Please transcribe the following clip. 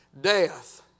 Death